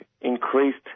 increased